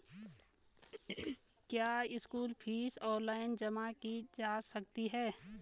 क्या school fees online जमा की जा सकती है?